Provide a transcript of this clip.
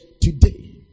today